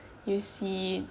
you see